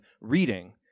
reading